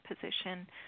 position